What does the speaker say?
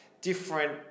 different